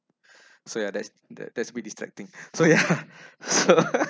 so ya that's the that's be distracting so ya so